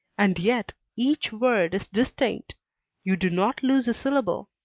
and yet each word is distinct you do not lose a syllable.